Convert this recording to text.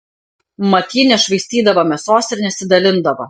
mat ji nešvaistydavo mėsos ir nesidalindavo